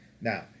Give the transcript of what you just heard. Now